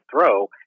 throw